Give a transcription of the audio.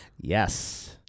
Yes